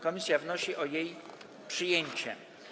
Komisja wnosi o jej przyjęcie.